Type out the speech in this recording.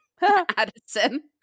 Addison